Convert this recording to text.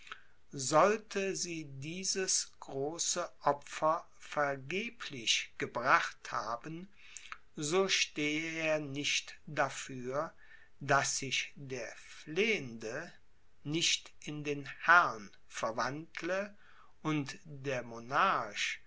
sollte sie dieses große opfer vergeblich gebracht haben so stehe er nicht dafür daß sich der flehende nicht in den herrn verwandle und der